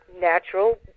natural